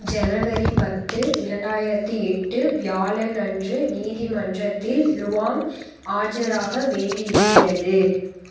ஜனவரி பத்து இரண்டாயிரத்தி எட்டு வியாழன் அன்று நீதிமன்றத்தில் லுவாங் ஆஜராக வேண்டி இருக்கிறது